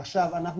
אולי מעט יותר.